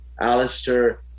Alistair